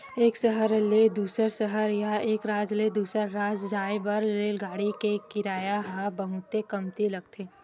एक सहर ले दूसर सहर या एक राज ले दूसर राज जाए बर रेलगाड़ी के किराया ह बहुते कमती लगथे